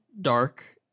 dark